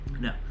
No